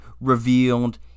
revealed